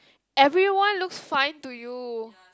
everyone looks fine to you